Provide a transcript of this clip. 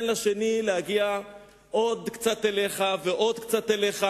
לשני להגיע עוד קצת אליך ועוד קצת אליך,